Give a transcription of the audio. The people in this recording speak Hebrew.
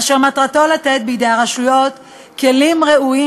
אשר מטרתו לתת בידי הרשויות כלים ראויים